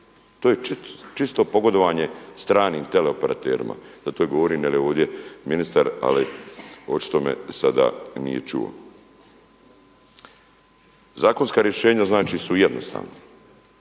To je čisto pogodovanje stranim teleoperaterima, zato i govorim jer je ovdje ministar ali očito me sada nije čuo. Zakonska rješenja znači su jednostavna,